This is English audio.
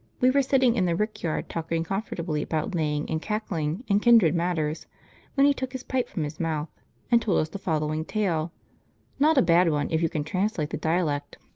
we were sitting in the rickyard talking comfortably about laying and cackling and kindred matters when he took his pipe from his mouth and told us the following tale not a bad one if you can translate the dialect